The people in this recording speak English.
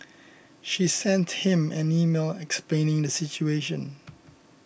she sent him an email explaining the situation